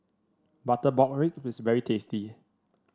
Butter Pork Ribs is very tasty